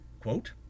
Quote